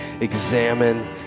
examine